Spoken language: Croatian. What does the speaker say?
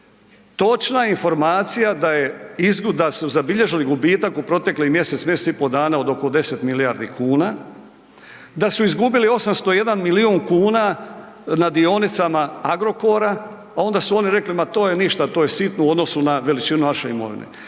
Točna informacija da su zabilježili gubitak u proteklih mjesec, mjesec i pol dana od oko 10 milijardi kuna, da su izgubili 801 milijun kuna na dionicama Agrokora, a onda su oni rekli ma to je ništa, to je sitno u odnosu na veličinu naše imovine.